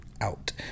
out